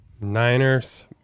Niners